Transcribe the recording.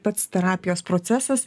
pats terapijos procesas